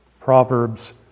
Proverbs